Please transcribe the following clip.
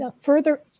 further